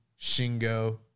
Shingo